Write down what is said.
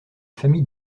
famille